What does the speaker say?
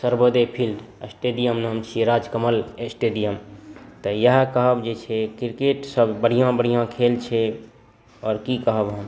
Sarvodaya field stadium नाम छियै Rajkamal stadium तऽ इएह कहब जे छै क्रिकेट सब बढ़िऑं बढ़िऑं खेल छै आओर की कहब हम